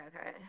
okay